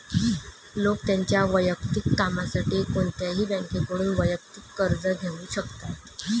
लोक त्यांच्या वैयक्तिक कामासाठी कोणत्याही बँकेकडून वैयक्तिक कर्ज घेऊ शकतात